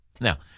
Now